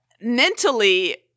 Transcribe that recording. mentally –